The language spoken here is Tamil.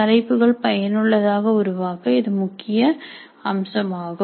தலைப்புகள் பயனுள்ளதாக உருவாக்க இது மிக முக்கிய அம்சமாகும்